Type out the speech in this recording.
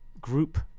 group